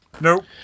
Nope